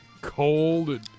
cold